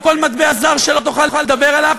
או כל מטבע זר שלא תוכל לדבר עליו,